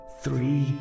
three